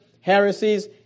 heresies